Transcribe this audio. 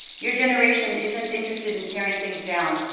your generation isn't interested in tearing things down,